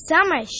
Summer